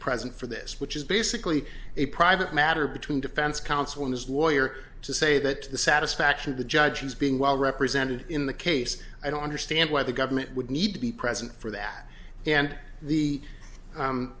present for this which is basically a private matter between defense counsel and his lawyer to say that to the satisfaction of the judges being well represented in the case i don't understand why the government would need to be present for that and the